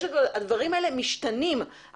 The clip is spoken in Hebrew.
הדברים האלה משתנים.